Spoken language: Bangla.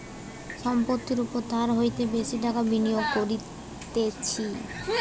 সম্পত্তির ওপর তার হইতে বেশি টাকা বিনিয়োগ করতিছে